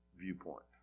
viewpoint